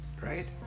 right